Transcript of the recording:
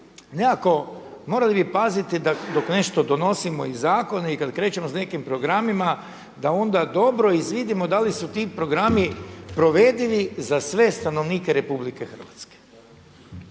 nekako morali bi paziti dok nešto donosimo i zakone i kada krećemo s nekim programima da onda dobro izvidimo da li su ti programi provedivi za sve stanovnike RH.